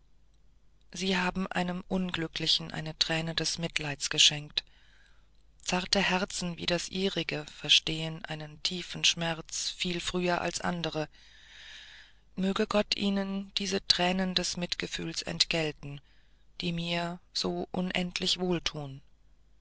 sie haben einem unglücklichen eine träne des mitleids geschenkt zarte herzen wie das ihrige verstehen einen tiefen schmerz viel früher als andere möge gott ihnen diese tränen des mitgefühls vergelten die mir so unendlich wohltun